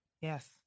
Yes